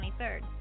23rd